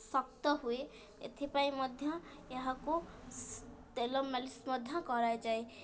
ଶକ୍ତ ହୁଏ ଏଥିପାଇଁ ମଧ୍ୟ ଏହାକୁ ତେଲ ମାଲିସ୍ ମଧ୍ୟ କରାଯାଏ